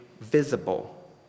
visible